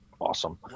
awesome